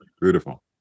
Beautiful